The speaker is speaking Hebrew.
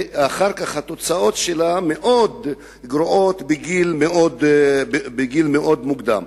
והתוצאות שלה מאוד גרועות בגיל מאוד מוקדם.